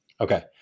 Okay